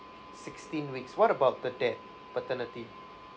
sixteen weeks what about the dad paternity